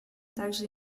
также